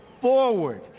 forward